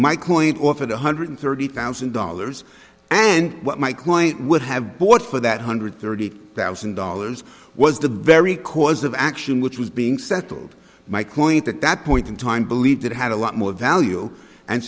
my coin offered one hundred thirty thousand dollars and what my client would have bought for that hundred thirty thousand dollars was the very cause of action which was being settled my coins at that point in time believed it had a lot more value and